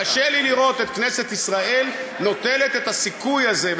קשה לי לראות את כנסת ישראל נוטלת את הסיכוי הזה,